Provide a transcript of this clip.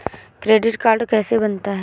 Credit card कैसे बनता है?